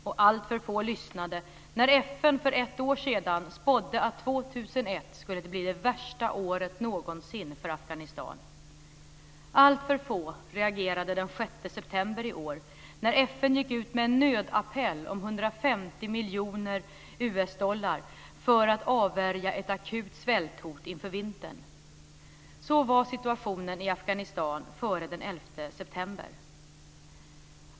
Och alltför få lyssnade när FN för ett år sedan spådde att 2001 skulle bli det värsta året någonsin för Afghanistan. Alltför få reagerade den 6 september i år, när FN gick ut med en nödappell om 150 miljoner USA-dollar för att avvärja ett akut svälthot inför vintern. Sådan var situationen i Afghanistan före den 11 september.